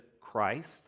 Christ